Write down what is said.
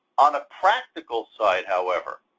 on the practical side, however,